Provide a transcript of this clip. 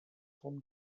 trente